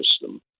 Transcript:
system